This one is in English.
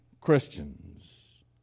Christians